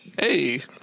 Hey